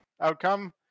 outcome